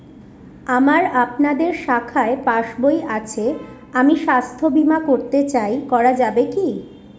আমার আপনাদের শাখায় পাসবই আছে আমি স্বাস্থ্য বিমা করতে চাই করা যাবে কি?